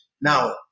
Now